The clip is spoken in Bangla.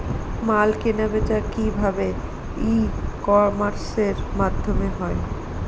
মাল কেনাবেচা কি ভাবে ই কমার্সের মাধ্যমে হয়?